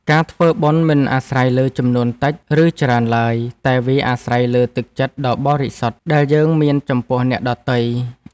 ការធ្វើបុណ្យមិនអាស្រ័យលើចំនួនតិច ឬច្រើនឡើយតែវាអាស្រ័យលើទឹកចិត្តដ៏បរិសុទ្ធដែលយើងមានចំពោះអ្នកដទៃ។